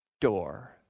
door